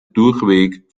durchweg